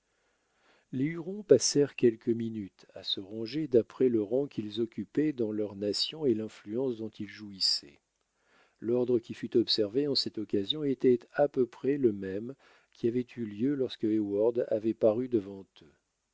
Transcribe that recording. les hurons passèrent quelques minutes à se ranger d'après le rang qu'ils occupaient dans leur nation et l'influence dont ils jouissaient l'ordre qui fut observé en cette occasion était à peu près le même qui avait eu lieu lorsque heyward avait paru devant eux